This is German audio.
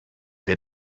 wer